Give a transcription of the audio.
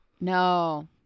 No